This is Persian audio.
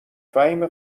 فهیمه